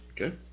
Okay